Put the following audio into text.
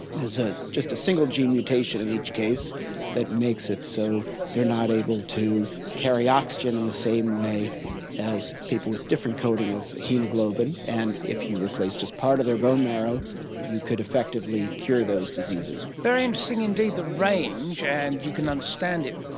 there's ah just a single gene mutation in each case that makes it so they are not able to carry oxygen in the same way as people with different coating of haemoglobin. and if you replace just part of their bone marrow you could effectively cure those diseases. very interesting indeed, the range, and you can understand it,